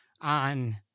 on